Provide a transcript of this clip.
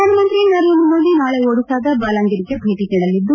ಪ್ರಧಾನ ಮಂತ್ರಿ ನರೇಂದ್ರ ಮೋದಿ ನಾಳೆ ಒಡಿಶಾದ ಬಾಲಂಗೀರ್ಗೆ ಭೇಟ ನೀಡಲಿದ್ದು